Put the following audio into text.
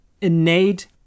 innate